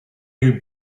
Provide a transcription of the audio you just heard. you